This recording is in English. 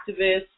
activists